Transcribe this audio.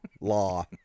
law